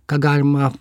ką galima